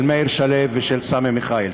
של מאיר שלו ושל סמי מיכאל.